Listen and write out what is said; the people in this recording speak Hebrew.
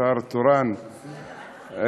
שר תורן,